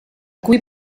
cui